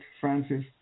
francis